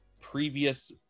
previous